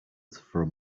from